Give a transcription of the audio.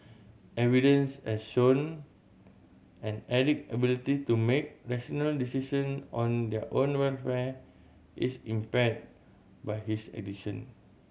evidence has shown an addict ability to make rational decision on their own welfare is impaired by his addiction